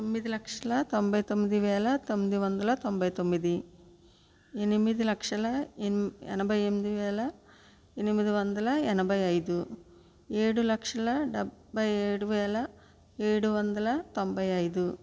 తొమ్మిది లక్షల తొంబై తొమ్మిది వేల తొమ్మిది వందల తొంబై తొమ్మిది ఎనిమిది లక్షల ఎనభై ఎనిమిది వేల ఎనిమిది వందల ఎనభై ఐదు ఏడు లక్షల డెబ్భై ఏడు వేల ఏడు వందల తొంభై ఐదు